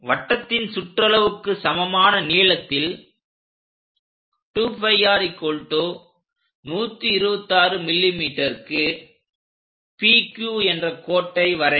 வட்டத்தின் சுற்றளவுக்கு சமமான நீளத்தில் 2𝝅r126 mmக்கு PQ என்ற கோட்டை வரைக